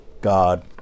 God